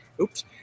Oops